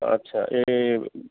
অঁ আচ্ছা এই